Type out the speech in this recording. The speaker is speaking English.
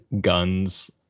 guns